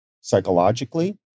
psychologically